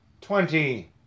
Twenty